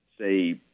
say